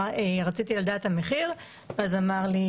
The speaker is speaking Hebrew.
רציתי לדעת את המחיר, ואז הוא אמר לי